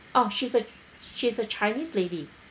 orh she's a she's a chinese lady